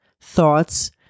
thoughts